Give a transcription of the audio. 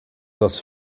dass